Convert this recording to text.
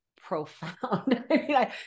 profound